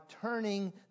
turning